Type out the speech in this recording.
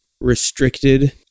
restricted